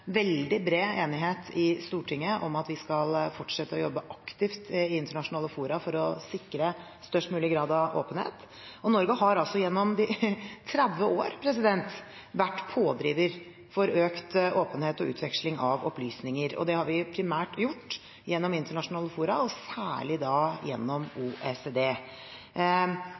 veldig bred enighet i Stortinget om at vi skal fortsette å jobbe aktivt i internasjonale fora for å sikre størst mulig grad av åpenhet, og Norge har altså gjennom 30 år vært pådriver for økt åpenhet og utveksling av opplysninger. Det har vi primært gjort gjennom internasjonale fora og da særlig gjennom OECD.